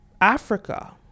Africa